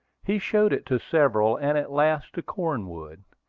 he showed it to several, and at last to cornwood.